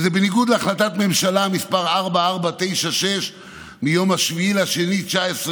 וזה בניגוד להחלטת ממשלה מס' 4496 מיום 7 בפברואר 2019,